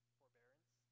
forbearance